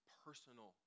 personal